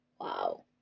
Wow